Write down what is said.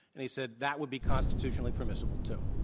and he said, that would be constitutionally permissible too.